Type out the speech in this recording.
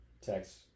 text